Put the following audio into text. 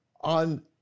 on